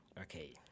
Okay